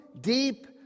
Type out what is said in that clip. Deep